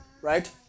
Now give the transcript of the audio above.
right